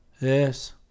Yes